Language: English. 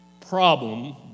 problem